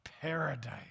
Paradise